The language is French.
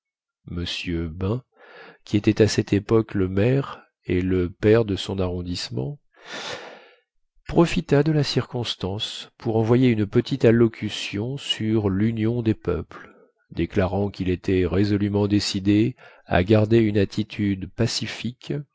m bin qui était à cette époque le maire et le père de son arrondissement profita de la circonstance pour envoyer une petite allocution sur lunion des peuples déclarant quil était résolument décidé à garder une attitude pacifique